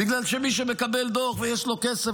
בגלל שמי שמקבל דוח ויש לו כסף,